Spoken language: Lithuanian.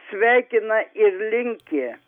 sveikina ir linki